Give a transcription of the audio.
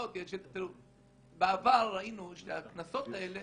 בעבר ראינו שהקנסות האלה